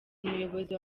umuyobozi